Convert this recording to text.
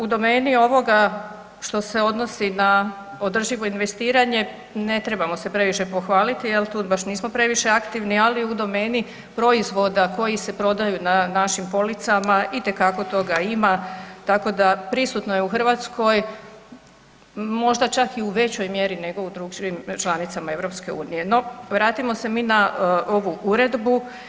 U domeni ovoga što se odnosi na održivo investiranje, ne trebamo se previše pohvaliti jer tu baš nismo previše aktivni ali u domeni proizvoda koji se prodaju na našim policama, itekako toga ima tako da prisutno je u Hrvatskoj, možda čak i u većoj mjeri nego u drugim članicama EU-a no vratimo se mi na ovu uredbu.